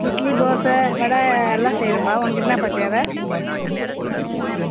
இட்லி தோசை வடை எல்லாம் செய்கிறோம்பா உனக்கு என்னப்பா தேவை